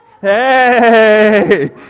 hey